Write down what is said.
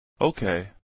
Okay